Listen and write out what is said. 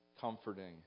comforting